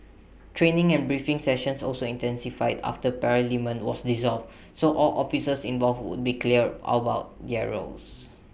training and briefing sessions also intensified after parliament was dissolved so all officers involved would be clear all about their roles